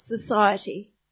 society